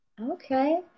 Okay